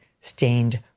Stained